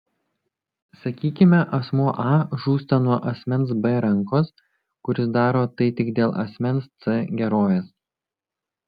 sakykime asmuo a žūsta nuo asmens b rankos kuris daro tai tik dėl asmens c gerovės